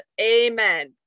amen